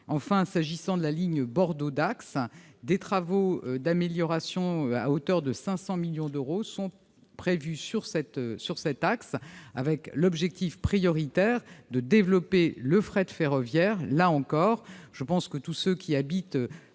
Enfin, s'agissant de la ligne Bordeaux-Dax, des travaux d'amélioration à hauteur de 500 millions d'euros sont prévus, avec pour objectif prioritaire de développer le fret ferroviaire. Tous ceux qui habitent